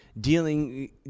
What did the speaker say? dealing